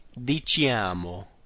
diciamo